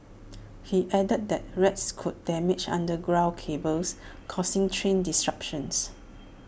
he added that rats could damage underground cables causing train disruptions